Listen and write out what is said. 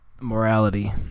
morality